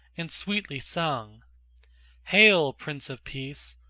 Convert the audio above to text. and sweetly sung hail, prince of peace!